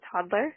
toddler